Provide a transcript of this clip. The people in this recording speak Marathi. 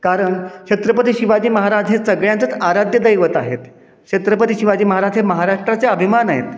कारण छत्रपती शिवाजी महाराज हे सगळ्यांचंच आराध्य दैवत आहेत छत्रपती शिवाजी महाराज हे महाराष्ट्राचे अभिमान आहेत